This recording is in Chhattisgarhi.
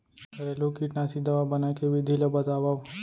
घरेलू कीटनाशी दवा बनाए के विधि ला बतावव?